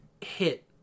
hit